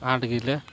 ᱟᱸᱴ ᱜᱮᱞᱮ